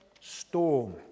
Storm